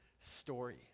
story